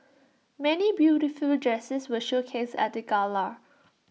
many beautiful dresses were showcased at the gala